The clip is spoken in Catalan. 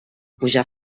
pujar